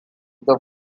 the